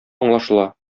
аңлашыла